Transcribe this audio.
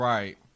Right